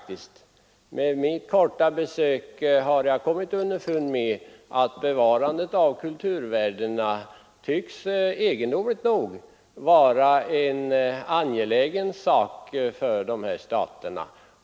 Vid mitt korta besök i öst har jag kommit underfund med att bevarandet av kulturvärdena egendomligt nog tycks vara en angelägen sak för de här staterna.